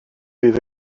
bydd